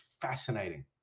fascinating